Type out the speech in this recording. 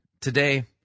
today